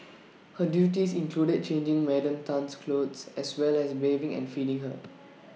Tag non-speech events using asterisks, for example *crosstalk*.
*noise* her duties included changing Madam Tan's clothes as well as bathing and feeding her *noise*